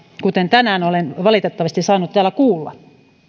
kuten tänään olen valitettavasti saanut täällä kuulla